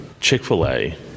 Chick-fil-A